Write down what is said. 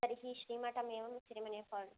तर्हि श्रीमठम् एवं किरिमनेफ़ाल्